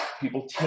People